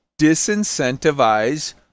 disincentivize